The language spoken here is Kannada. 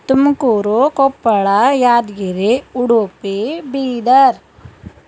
ತುಮಕೂರು ಕೊಪ್ಪಳ ಯಾದಗಿರಿ ಉಡುಪಿ ಬೀದರ್